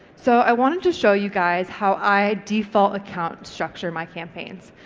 so i wanted to show you guys how i default account structure my campaigns.